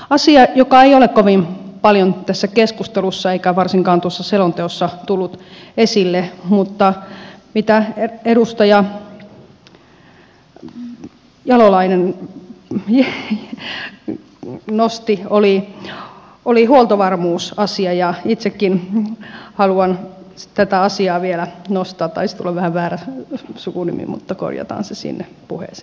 asia joka ei ole kovin paljon tässä keskustelussa eikä varsinkaan tuossa selonteossa tullut esille mutta jonka edustaja jalonen nostivat esiin on huoltovarmuus ja itsekin haluan tätä asiaa vielä nostaa taisteluna väärä sukunimi mutta korjataan sissien puhdas